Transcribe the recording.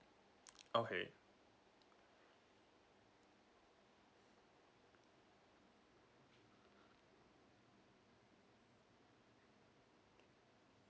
okay